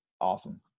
Awesome